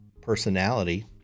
personality